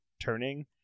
turning